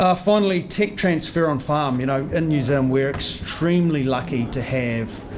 ah finally, tech transfer on-farm you know in new zealand we're extremely lucky to have